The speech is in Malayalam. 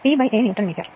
P A Newton metre